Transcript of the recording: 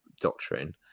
doctrine